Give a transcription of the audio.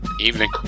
Evening